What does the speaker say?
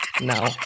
No